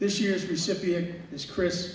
this year's recipient is chris